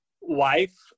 wife